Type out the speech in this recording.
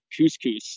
couscous